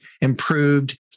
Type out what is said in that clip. improved